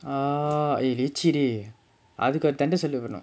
oh eh leceh dey அதுக்கு எவரை தண்ட செலவு வரும்:athukku evarai thanda selavu varum